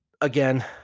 again